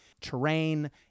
terrain